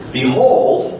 behold